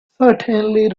certainly